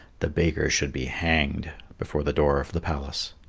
the baker should be hanged before the door of the palace.